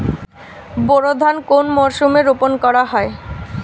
বোরো ধান কোন মরশুমে রোপণ করা হয়?